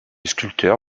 sculpteur